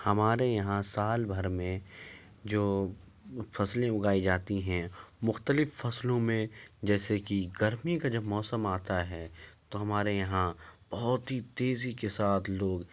ہمارے یہاں سال بھر میں جو فصلیں اگائی جاتی ہیں مختلف فصلوں میں جیسے کہ گرمی کا جب موسم آتا ہے تو ہمارے یہاں بہت ہی تیزی کے ساتھ لوگ